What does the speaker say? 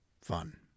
fun